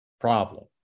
problem